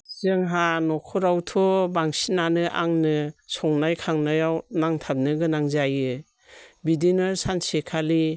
जोंहा न'खरावथ' बांसिनानो आंनो संनाय खांनायाव नांथाबनो गोनां जायो बिदिनो सानसेखालि